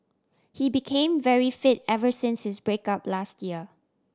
he became very fit ever since his break up last year